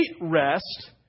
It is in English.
rest